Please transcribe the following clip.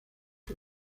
año